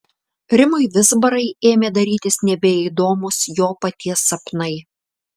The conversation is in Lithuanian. rimui vizbarai ėmė darytis nebeįdomūs jo paties sapnai